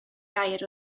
gair